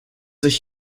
ich